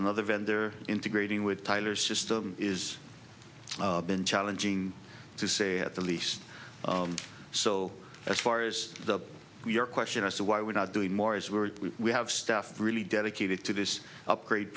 another vendor integrating with tyler system is challenging to say at the least so as far as the your question as to why we're not doing more as we're we have stuff really dedicated to this upgrade